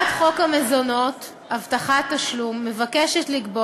אבל הסיבה שאני מדברת